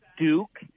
Duke